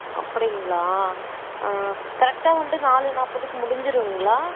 அப்படிங்களா கரெக்டாக வந்துட்டு நாலு நாற்பதுக்கு முடிஞ்சுருங்களா